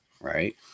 right